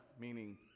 meaning